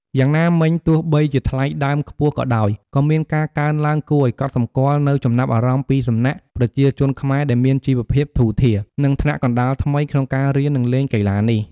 យ៉ាងណាមិញ ទោះបីជាថ្លៃដើមខ្ពស់ក៏ដោយ ក៏មានការកើនឡើងគួរឲ្យកត់សម្គាល់នូវចំណាប់អារម្មណ៍ពីសំណាក់ ប្រជាជនខ្មែរដែលមានជីវភាពធូរធារ និងថ្នាក់កណ្ដាលថ្មី ក្នុងការរៀន និងលេងកីឡានេះ។